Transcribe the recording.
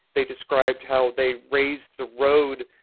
they described how they raised the road,